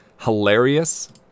hilarious